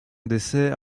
décès